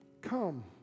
come